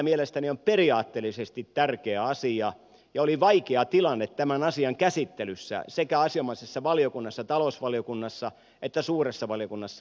tämä on mielestäni periaatteellisesti tärkeä asia ja tilanne oli vaikea tämän asian käsittelyssä sekä asianomaisessa valiokunnassa talousvaliokunnassa että suuressa valiokunnassa puhumattakaan